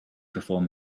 perform